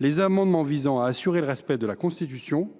les amendements visant à assurer le respect de la Constitution,